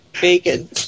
bacon